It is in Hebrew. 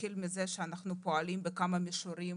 נתחיל מזה שאנחנו פועלים בכמה מישורים